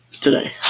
today